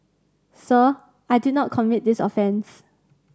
sir I did not commit this offence